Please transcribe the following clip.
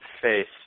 face